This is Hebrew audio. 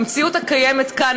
במציאות הקיימת כאן,